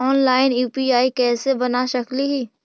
Online UPI कैसे बना सकली ही?